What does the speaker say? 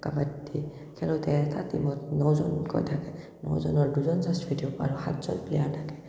কাবাড্ডী খেলোঁতে এটা টিমত নজনকৈ থাকে নজনৰ দুজন জাষ্ট আৰু সাতজন প্লেয়াৰ থাকে